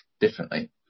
differently